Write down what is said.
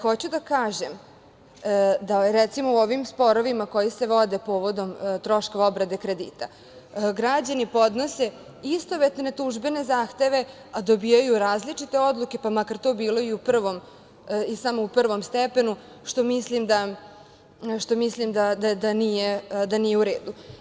Hoću da kažem da, recimo, u ovim sporovima koji se vode povodom troškova obrade kredita, građani podnose istovetne tužbe na zahteve a dobijaju različite odluke, pa makar to bilo i u prvom i samo u prvom stepenu, što mislim da nije u redu.